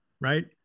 right